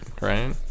right